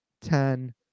ten